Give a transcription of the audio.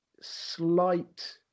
slight